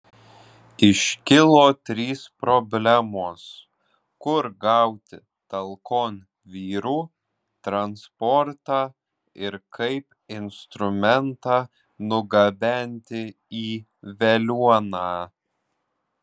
iškilo trys problemos kur gauti talkon vyrų transportą ir kaip instrumentą nugabenti į veliuoną